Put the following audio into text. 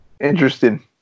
interesting